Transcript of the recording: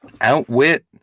Outwit